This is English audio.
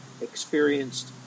experienced